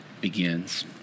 begins